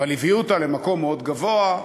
אבל הביאו אותה למקום מאוד גבוה,